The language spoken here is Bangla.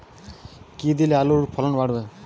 কী দিলে আলুর ফলন বাড়বে?